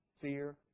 fear